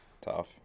Tough